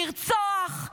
לרצוח,